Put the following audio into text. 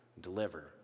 deliver